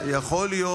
יכול להיות,